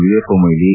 Veerappa Moily